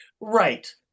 Right